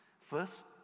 First